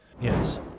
Yes